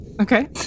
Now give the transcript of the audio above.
Okay